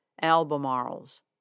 albemarle's